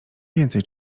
więcej